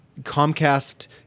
Comcast